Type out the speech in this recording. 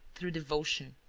through devotion.